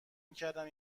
میکردم